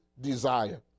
desire